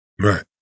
Right